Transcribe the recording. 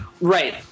Right